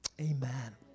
Amen